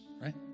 right